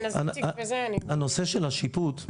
הנושא של השיפוט,